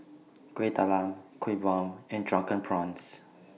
Kuih Talam Kuih Bom and Drunken Prawns